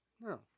No